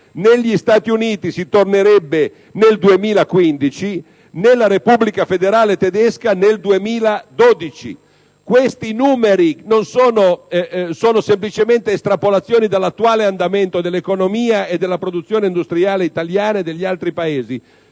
negli Stati Uniti si tornerebbe a quel livello nel 2015 e nella Repubblica federale tedesca nel 2012. Questi dati, che sono estrapolati dall'attuale andamento dell'economia e della produzione industriale italiana e degli altri Paesi,